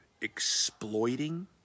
exploiting